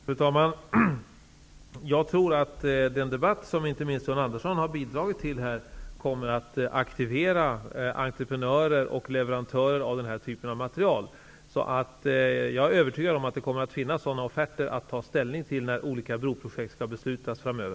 Fru talman! Jag tror att den debatt som inte minst John Andersson har bidragit till här kommer att aktivera entreprenörer och leverantörer av den här typen av material. Jag är övertygad om att det kommer att finnas sådana offerter att ta ställning till när man skall fatta beslut om olika broprojekt framöver.